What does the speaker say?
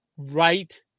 right